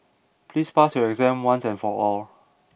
please pass your exam once and for all